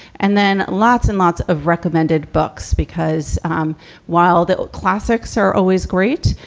and then lots and lots of recommended books. because um while the classics are always great,